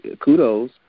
Kudos